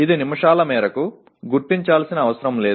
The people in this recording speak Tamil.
இது நிமிடங்கள் அளவிற்கு அடையாளம் காணப்பட வேண்டியதில்லை